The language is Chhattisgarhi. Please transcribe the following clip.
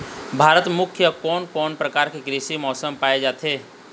भारत म मुख्यतः कोन कौन प्रकार के कृषि मौसम पाए जाथे?